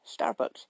Starbucks